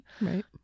right